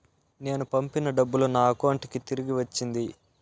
నేను పంపిన డబ్బులు నా అకౌంటు కి తిరిగి వచ్చింది